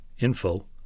info